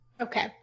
Okay